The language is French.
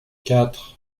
quatre